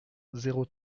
zéro